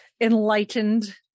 enlightened